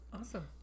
Awesome